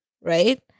right